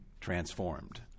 transformed